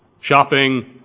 shopping